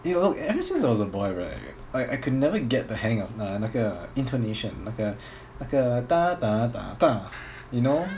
eh look ever since I was a boy right like I could never get the hang of err 那个 intonation 那个那个搭达打大